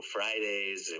Fridays